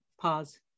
Pause